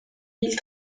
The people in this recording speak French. mille